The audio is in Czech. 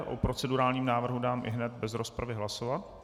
O procedurálním návrhu dám ihned bez rozpravy hlasovat.